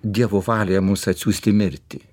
dievo valioje mus atsiųsti į mirtį